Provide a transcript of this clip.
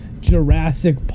Jurassic